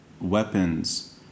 weapons